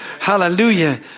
Hallelujah